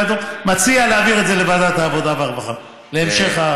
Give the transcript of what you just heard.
מציע להעביר את זה לוועדת העבודה והרווחה להמשך.